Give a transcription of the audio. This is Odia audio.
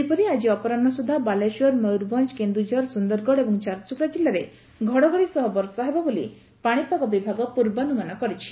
ସେହିପରି ଆକି ଅପରାହ୍ମ ସୁଦ୍ଧା ବାଲେଶ୍ୱର ମୟରଭଞ୍ଞ କେନୁଝର ସୁନ୍ଦରଗଡ ଏବଂ ଝାରସୁଗୁଡା ଜିଲ୍ଲାରେ ଘଡଘଡି ସହ ବର୍ଷା ହେବ ବୋଲି ପାଶିପାଗ ବିଭାଗ ପର୍ବାନୁମାନ କରିଛି